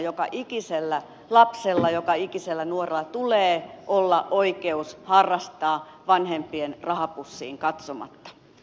joka ikisellä lapsella joka ikisellä nuorella tulee olla oikeus harrastaa vanhempien rahapussiin katsomatta